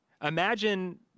Imagine